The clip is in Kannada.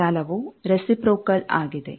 ಜಾಲವು ರೆಸಿಪ್ರೋಕಲ್ ಆಗಿದೆ